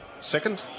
second